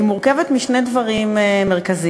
היא מורכבת משני דברים מרכזיים: